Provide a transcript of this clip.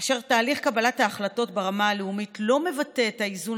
כאשר תהליך קבלת ההחלטות ברמה הלאומית לא מבטא את האיזון